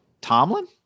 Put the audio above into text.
Tomlin